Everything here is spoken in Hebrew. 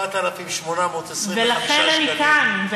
ל-4,825 שקלים, ולכן אני כאן.